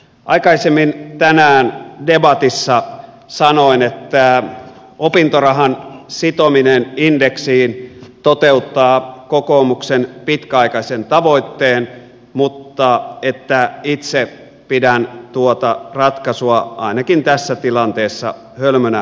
aikaisemmin tänään debatissa sanoin että opintorahan sitominen indeksiin toteuttaa kokoomuksen pitkäaikaisen tavoitteen mutta että itse pidän tuota ratkaisua ainakin tässä tilanteessa hölmönä politiikkana